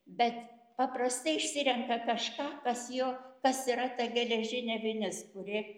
bet paprastai išsirenka kažką kas jo kas yra ta geležinė vinis kuri